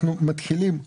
אנחנו מתחילים ליישם,